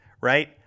right